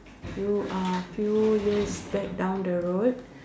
you are few years back down the road